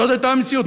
זאת היתה המציאות.